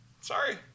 Sorry